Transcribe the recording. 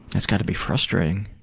that's got to be frustrating.